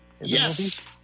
Yes